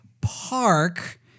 Park